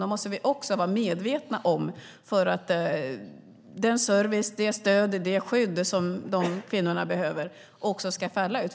Det måste vi också vara medvetna om för att den service, det stöd och det skydd som de kvinnorna behöver ska falla ut.